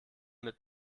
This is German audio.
mit